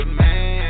man